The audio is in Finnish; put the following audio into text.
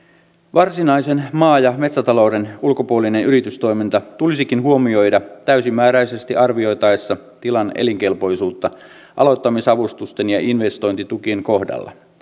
varsinaisen maa ja metsätalouden ulkopuolinen yritystoiminta tulisikin huomioida täysimääräisesti arvioitaessa tilan elinkelpoisuutta aloittamisavustusten ja investointitukien kohdalla